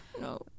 No